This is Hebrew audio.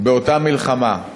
באותה מלחמה.